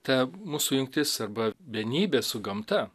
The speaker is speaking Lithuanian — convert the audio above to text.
ta mūsų jungtis arba vienybė su gamta